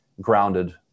grounded